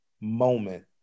moment